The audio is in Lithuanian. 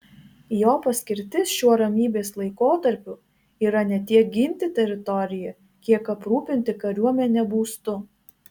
jo paskirtis šiuo ramybės laikotarpiu yra ne tiek ginti teritoriją kiek aprūpinti kariuomenę būstu